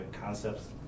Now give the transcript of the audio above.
concepts